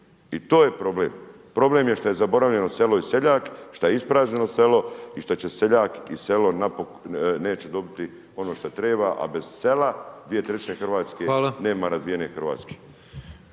I to je problem, problem je što je zaboravljeno selo i seljak, šta je ispražnjeno selo i šta će seljak i selo neće dobiti ono što treba, a bez sela 2/3 Hrvatske …/Upadica: Hvala./… nema razvijene Hrvatske.